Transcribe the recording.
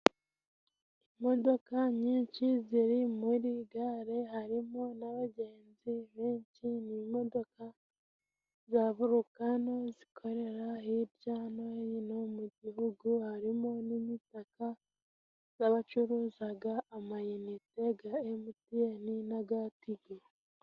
Imodoka nyinshi ziri muri gare, hari mo n'abagenzi benshi, ni imodoka za vorukano zikorera hirya no hino mu gihugu, hari mo n'imitaka z'abacuruzaga amayenite ga emutiyeni n'aga tigo.